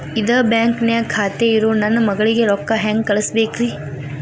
ಇದ ಬ್ಯಾಂಕ್ ನ್ಯಾಗ್ ಖಾತೆ ಇರೋ ನನ್ನ ಮಗಳಿಗೆ ರೊಕ್ಕ ಹೆಂಗ್ ಕಳಸಬೇಕ್ರಿ?